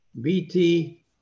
BT